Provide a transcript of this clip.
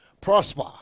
prosper